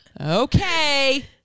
Okay